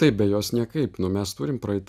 taip be jos niekaip nu mes turim praeit